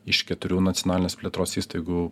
iš keturių nacionalinės plėtros įstaigų